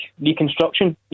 reconstruction